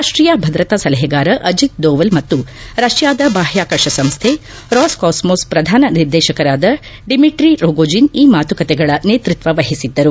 ರಾಷ್ಟೀಯ ಭದ್ರತಾ ಸಲಹೆಗಾರ ಅಜಿತ್ ದೋವಲ್ ಮತ್ತು ರಷ್ಯಾದ ಬಾಹ್ಯಾಕಾಶ ಸಂಸ್ಥೆ ರೋಗ್ಕಾಸ್ಮಾ್ನ ಪ್ರಧಾನ ನಿರ್ದೇಶಕರಾದ ಡಿಮಿಟ್ರ ರೋಗೋಜಿನ್ ಈ ಮಾತುಕತೆಗಳ ನೇತೃತ್ವ ವಹಿಸಿದ್ದರು